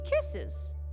kisses